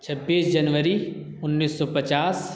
چھبیس جنوری انّیس سو پچاس